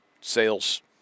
sales